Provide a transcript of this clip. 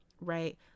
right